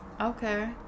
Okay